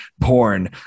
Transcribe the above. porn